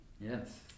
Yes